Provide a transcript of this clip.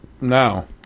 Now